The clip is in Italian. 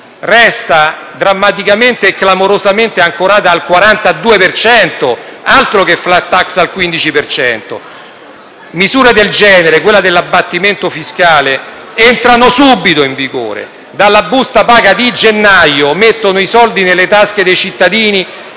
resta drammaticamente e clamorosamente ancorata al 42 per cento, altro che *flat tax* al 15 per cento! Misure come quella dell'abbattimento fiscale, entrano subito in vigore: dalla busta paga di gennaio, mettono i soldi nelle tasche dei cittadini,